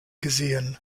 gesehen